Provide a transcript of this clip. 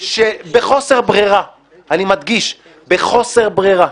שבחוסר ברירה, אני מדגיש: בחוסר ברירה,